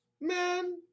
Man